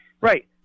right